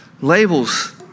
Labels